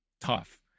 tough